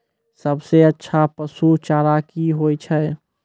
सबसे अच्छा पसु चारा की होय छै?